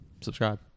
Subscribe